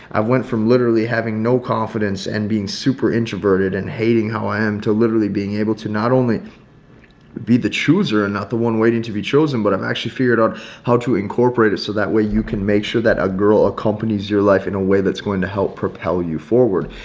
i've went from literally having no confidence and being super introverted and hating how i am to literally being able to not only be the chooser and not the one waiting to be chosen, but um actually figured out how to incorporate it so that way you can make sure that a girl accompanies your life in a way that's going to help propel you forward.